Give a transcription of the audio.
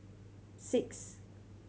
six